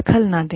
दखल न दे